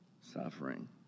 suffering